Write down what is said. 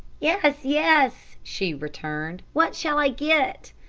yes, yes, she returned what shall i get?